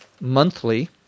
Monthly